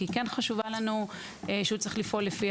כי כן חשובה לנו האמירה שהוא צריך לפעול לפי